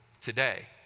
today